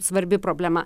svarbi problema